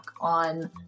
on